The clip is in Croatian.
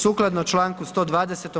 Sukladno čl. 120.